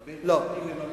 בין תל"י לממ"ד?